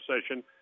session